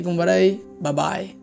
bye-bye